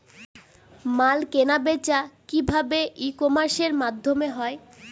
মাল কেনাবেচা কি ভাবে ই কমার্সের মাধ্যমে হয়?